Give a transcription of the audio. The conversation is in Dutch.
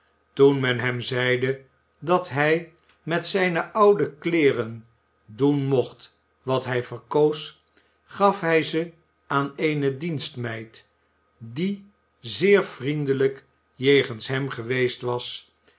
toen men hem zeide dat hij met zijne oude kleeren doen mocht wat hij verkoos gaf hij ze aan eene dienstmeid die zeer vriendelijk jegens hem geweest was